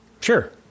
Sure